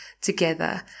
together